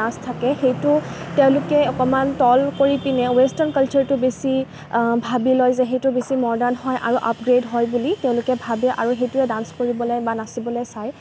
নাচ থাকে সেইটো তেওঁলোকে অকণমান তল কৰি পিনে উৱেচটাৰ্ণ কালচাৰটো বেছি ভাবি লয় যে সেইটো বেছি মডাৰ্ণ হয় আৰু আপগ্ৰেট হয় বুলি তেওঁলোকে ভাবে আৰু সেইটোৱে ডান্চ কৰিবলৈ বা নাচিবলৈ চায়